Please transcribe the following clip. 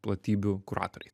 platybių kuratoriai